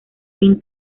fin